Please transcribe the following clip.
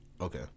Okay